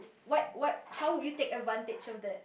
what what how would you take advantage of the